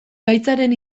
gaitzaren